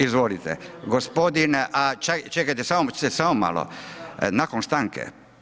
Izvolite, gospodin čekajte, samo malo, nakon stanke.